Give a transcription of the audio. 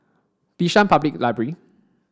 Bishan Public Library